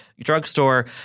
drugstore